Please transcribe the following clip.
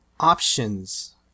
Options